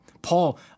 Paul